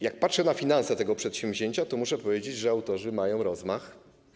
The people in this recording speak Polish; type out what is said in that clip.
Jak patrzę na finanse tego przedsięwzięcia, to muszę powiedzieć, że autorzy mają rozmach.